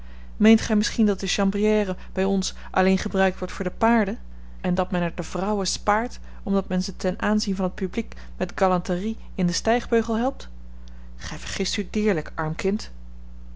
meent gij misschien dat de chambrière bij ons alleen gebruikt wordt voor de paarden en dat men er de vrouwen spaart omdat men ze ten aanzien van t publiek met galanterie in den stijgbeugel helpt gij vergist u deerlijk arm kind